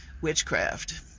witchcraft